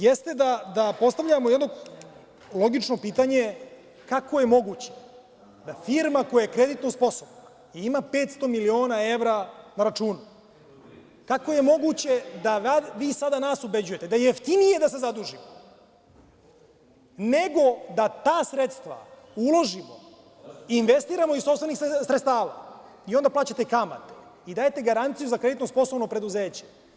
Jeste da postavljamo jedno logično pitanje – kako je moguće da firma koja je kreditno sposobna i ima 500 miliona evra na računu, kako je moguće da, vi sada nas ubeđujete, da je jeftinije da se zadužimo, nego da ta sredstva uložimo, investiramo iz sopstvenih sredstava i onda plaćate kamatu i dajete garanciju za kreditno sposobno preduzeće?